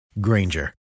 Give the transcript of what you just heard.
Granger